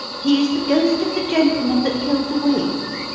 he is the ghost of the gentleman that killed the wait.